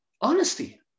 Honesty